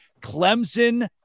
Clemson